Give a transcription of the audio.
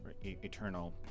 eternal